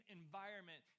environment